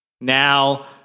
Now